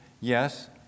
Yes